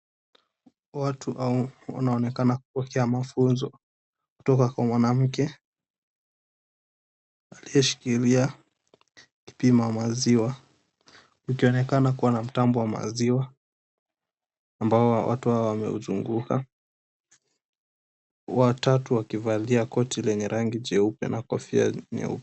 Watu hao wanaonekana kupokea mafunzo kutoka kwa mwanamke aliyeshikilia kipima maziwa. Kukionekana kuwa na mtambo wa maziwa ambao watu hawa wameuzunguka, watatu wakivalia koti lenye rangi jeupe na kofia nyeupe.